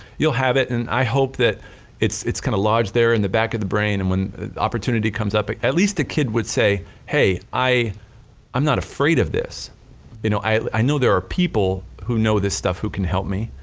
you'll have it and i hope that it's it's gonna lodge there in the back of the brain and when opportunity comes up at at least a kid would say, hey, i'm not afraid of this you know i know there are people who know this stuff who can help me,